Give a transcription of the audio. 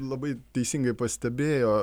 labai teisingai pastebėjo